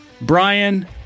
Brian